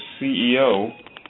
CEO